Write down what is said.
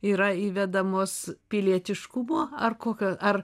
yra įvedamos pilietiškumo ar kokio ar